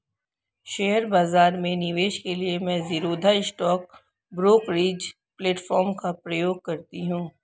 share बाजार में निवेश के लिए मैं ज़ीरोधा स्टॉक ब्रोकरेज प्लेटफार्म का प्रयोग करती हूँ